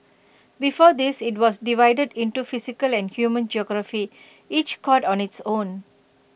before this IT was divided into physical and human geography each cod on its own